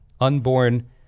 unborn